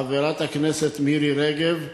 חברת הכנסת מירי רגב,